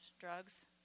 drugs